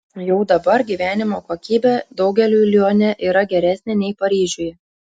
jau dabar gyvenimo kokybė daugeliui lione yra geresnė nei paryžiuje